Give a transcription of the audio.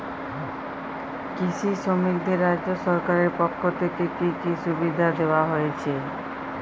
কৃষি শ্রমিকদের রাজ্য সরকারের পক্ষ থেকে কি কি সুবিধা দেওয়া হয়েছে?